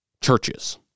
churches